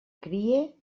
crie